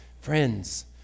Friends